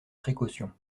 précautions